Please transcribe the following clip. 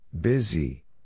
Busy